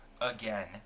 Again